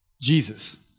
Jesus